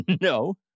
no